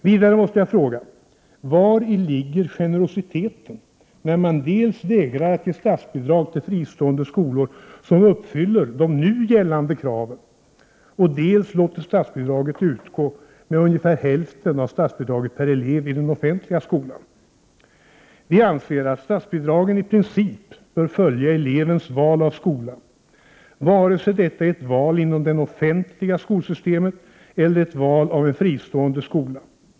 Vidare måste jag fråga vari generositeten ligger när man dels vägrar att ge statsbidrag till fristående skolor som uppfyller de nu gällande kraven, dels låter statsbidraget utgå med ungefär hälften av statsbidraget per elev i den offentliga skolan. Vi moderater anser att statsbidragen i princip bör följa elevens val av skola, vare sig det är ett val i det offentliga skolsystemet eller ett val i en fristående skola.